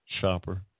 shopper